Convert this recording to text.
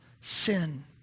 sin